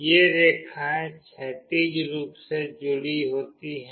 ये रेखाएँ क्षैतिज रूप से जुड़ी होती हैं